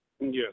Yes